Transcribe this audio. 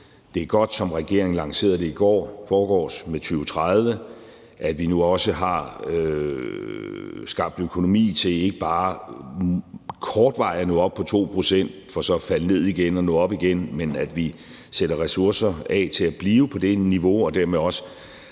det er godt, som regeringen lancerede det i forgårs med 2030-planen, at vi nu også har skabt økonomi til ikke bare kortvarigt at nå op på 2 pct. for så at falde ned igen og nå op igen, men at vi sætter ressourcer af til at blive på det niveau, og at vi dermed også